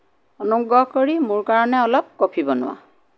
অনুগ্ৰহ কৰি মোৰ কাৰণে অলপ কফি বনোৱা